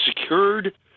secured